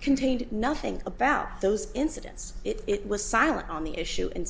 contained nothing about those incidents it was silent on the